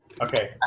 Okay